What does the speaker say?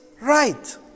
right